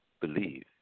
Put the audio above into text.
believe